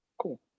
Cool